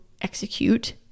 execute